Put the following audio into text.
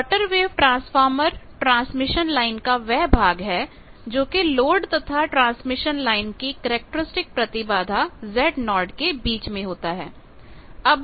quarter wave transformer transmission line का वह भाग है जोकि लोड तथा ट्रांसमिशन लाइन की कैरेक्टरिस्टिक प्रतिबाधा Zo के बीच में होता है